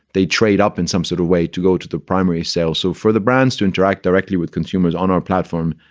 they trade up in some sort of way to go to the primary sale. so for the brands to interact directly with consumers on our platform,